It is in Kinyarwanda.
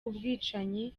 ubwicanyi